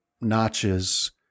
notches